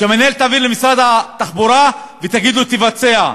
שהמינהלת תעביר למשרד התחבורה ותגיד לו: תבצע.